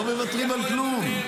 לא מוותרים על כלום.